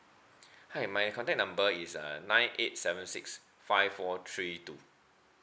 hi my contact number is uh nine eight seven six five four three two